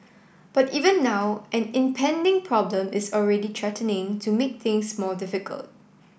but even now an impending problem is already threatening to make things more difficult